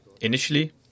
Initially